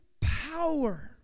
power